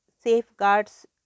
safeguards